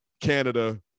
Canada